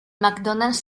mcdonald